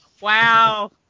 Wow